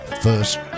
first